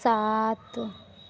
सात